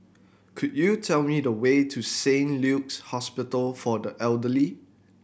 could you tell me the way to Saint Luke's Hospital for the Elderly